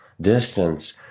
distance